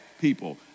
people